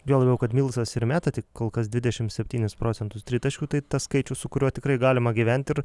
juo labiau kad milsas ir meta tik kol kas dvidešim septynis procentus tritaškių tai tas skaičius su kuriuo tikrai galima gyvent ir